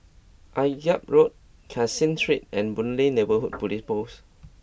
Akyab Road Caseen Street and Boon Lay Neighbourhood Police Post